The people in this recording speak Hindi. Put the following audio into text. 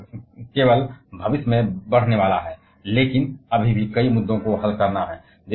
और वह केवल भविष्य में बढ़ने वाला है लेकिन हल करने के लिए अभी भी कई मुद्दे हैं